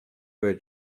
were